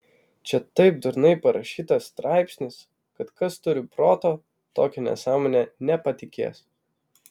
čia taip durnai parašytas straipsnis kad kas turi proto tokia nesąmone nepatikės